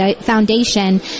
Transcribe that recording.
foundation